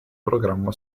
programma